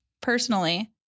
personally